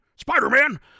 Spider-Man